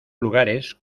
lugares